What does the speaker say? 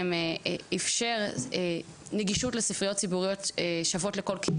אפשר נגישות לספריות ציבוריות שוות לכל כיס.